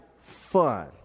fun